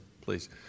Please